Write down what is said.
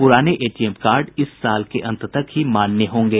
पुराने ATM card इस साल के अंत तक ही मान्य होंगे